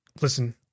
listen